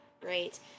great